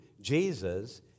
Jesus